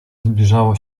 zbliżało